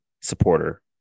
supporter